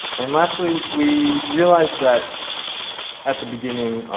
and lastly, we realize that at the beginning,